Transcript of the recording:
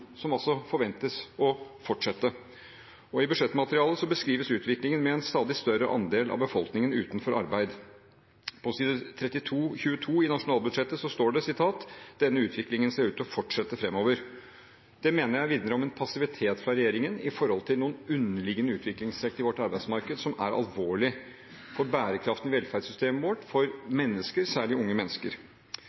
som altså forventes å fortsette. I budsjettmaterialet beskrives utviklingen med en stadig større andel av befolkningen utenfor arbeid. På side 22 i nasjonalbudsjettet står det: «Denne utviklingen ser ut til å fortsette fremover.» Det mener jeg minner om passivitet fra regjeringen når det gjelder noen underliggende utviklingstrekk i vårt arbeidsmarked, som er alvorlig – for bærekraften i velferdssystemet vårt, for mennesker, særlig unge mennesker.